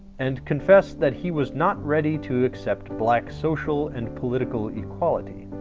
and confessed that he was not ready to accept black social and political equality.